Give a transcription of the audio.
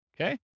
Okay